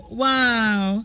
wow